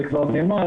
זה כבר נאמר,